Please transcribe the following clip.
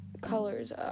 colors